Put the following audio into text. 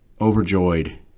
overjoyed